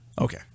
Okay